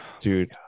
Dude